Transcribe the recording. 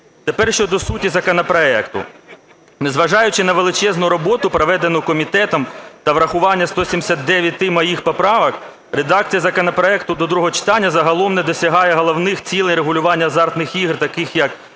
Тепер щодо суті законопроекту. Незважаючи на величезну роботу, проведену комітетом, та врахування 179 моїх поправок, редакція законопроекту до другого читання загалом не досягає головних цілей регулювання азартних ігор, таких як